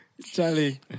Charlie